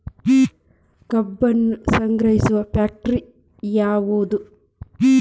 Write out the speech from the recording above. ಕಬ್ಬನ್ನು ಸಂಗ್ರಹಿಸುವ ಫ್ಯಾಕ್ಟರಿ ಯಾವದು?